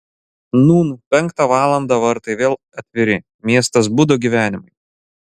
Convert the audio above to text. nūn penktą valandą vartai vėl atviri miestas budo gyvenimui